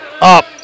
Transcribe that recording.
Up